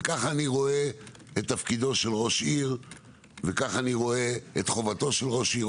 ככה אני רואה את תפקידו של ראש עיר וכך אני רואה את חובתו של ראש עיר.